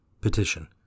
Petition